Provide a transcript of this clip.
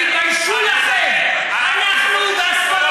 תתבייש לך, אתה.